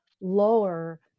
lower